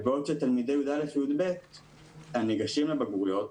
ובעוד שתלמידי י"א-י"ב הניגשים לבגרויות